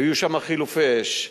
היו חילופי אש,